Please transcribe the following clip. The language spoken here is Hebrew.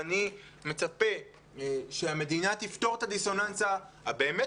אני מצפה שהמדינה תפתור את הדיסוננס הבאמת